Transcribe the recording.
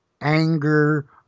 anger